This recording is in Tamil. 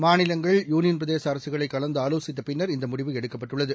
மாநிலங்கள் யூனியன் பிரதேச அரசுகளை கலந்து ஆலோசித்த பின்னர் இந்த முடிவு எடுக்கப்பட்டுள்ளது